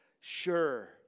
sure